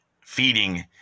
feeding